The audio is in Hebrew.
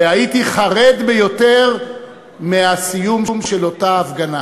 והייתי חרד ביותר מהסיום של אותה הפגנה,